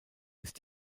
ist